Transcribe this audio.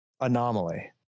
anomaly